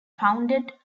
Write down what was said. founded